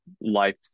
life